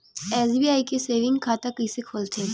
SBI के saving खाता कइसे खोलथे?